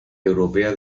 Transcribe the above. europea